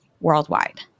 worldwide